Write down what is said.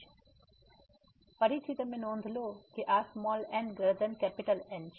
તેથી ફરીથી તમે નોંધ લો કે આ nN છે